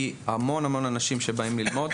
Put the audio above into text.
כי המון אנשים שבאים ללמוד,